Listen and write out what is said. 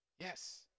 Yes